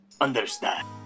understand